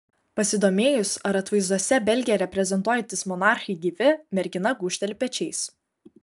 pasidomėjus ar atvaizduose belgiją reprezentuojantys monarchai gyvi mergina gūžteli pečiais